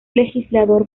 legislador